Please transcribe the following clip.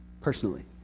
personally